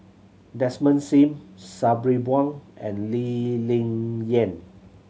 Desmond Sim Sabri Buang and Lee Ling Yen